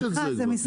יש את זה כבר.